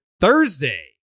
Thursday